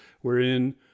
wherein